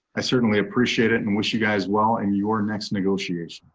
i certainly appreciate it and wish you guys well and your next negotiators.